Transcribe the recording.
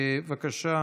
בבקשה,